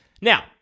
Now